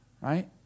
right